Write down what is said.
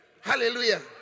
Hallelujah